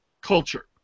culture